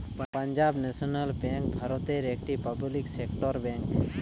Punjab national bank ভারতের একটি public sector bank